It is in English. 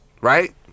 Right